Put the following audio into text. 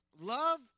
Love